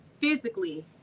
physically